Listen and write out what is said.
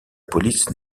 police